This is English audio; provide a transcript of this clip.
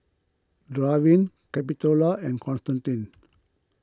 Draven Capitola and Constantine